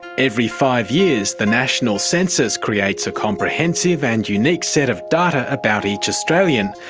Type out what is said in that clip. every five years the national census creates a comprehensive and unique set of data about each australian.